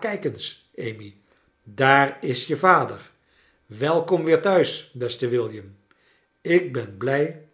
kijk eens amy daar is je vader welkom weer thuis beste william ik ben blij